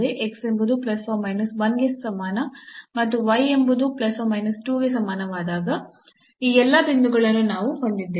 ಎಂಬುದು ಗೆ ಮತ್ತು y ಎಂಬುದು ಗೆ ಸಮಾನವಾದಾಗ ಈ ಎಲ್ಲಾ ಬಿಂದುಗಳನ್ನು ನಾವು ಹೊಂದಿದ್ದೇವೆ